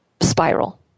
spiral